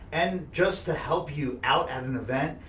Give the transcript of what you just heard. and just to help you out at an event,